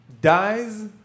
dies